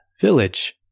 village